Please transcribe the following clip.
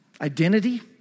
Identity